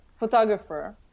photographer